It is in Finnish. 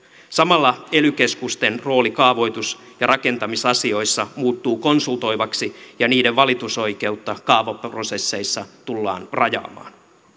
samalla ely keskusten rooli kaavoitus ja rakentamisasioissa muuttuu konsultoivaksi ja niiden valitusoikeutta kaavaprosesseissa tullaan rajaamaan